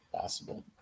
Possible